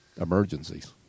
emergencies